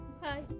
Hi